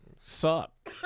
sup